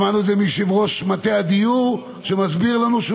שמענו את זה מיושב-ראש מטה הדיור,